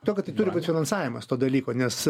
to kad tai turi būt finansavimas to dalyko nes